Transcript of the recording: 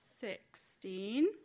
Sixteen